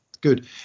Good